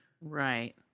Right